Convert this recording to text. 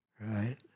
Right